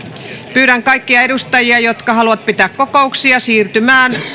pyydän kaikkia edustajia jotka haluavat pitää kokouksia siirtymään